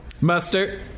mustard